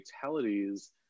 fatalities